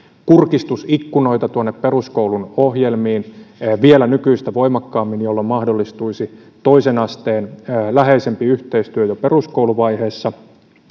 kurkistusikkunoita tuonne peruskoulun ohjelmiin vielä nykyistä voimakkaammin jolloin mahdollistuisi toisen asteen läheisempi yhteistyö jo peruskouluvaiheessa